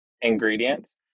ingredients